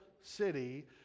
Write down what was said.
city